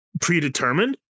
predetermined